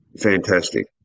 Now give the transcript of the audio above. fantastic